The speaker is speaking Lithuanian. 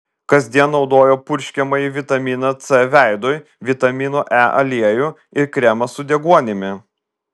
kasdien naudoju purškiamąjį vitaminą c veidui vitamino e aliejų ir kremą su deguonimi